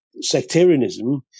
sectarianism